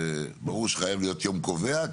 ברור שחייב להיות יום קובע,